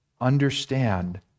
understand